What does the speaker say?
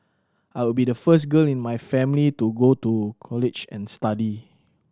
I would be the first girl in my family to go to college and study